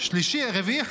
רביעי,